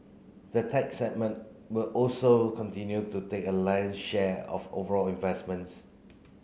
the tech segment will also continue to take a lion share of overall investments